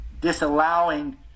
disallowing